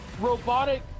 robotic